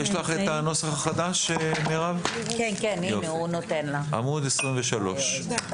חיווי מאמצעי פיקוח אלקטרוני3ה.